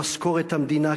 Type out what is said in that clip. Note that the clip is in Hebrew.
במשכורת המדינה,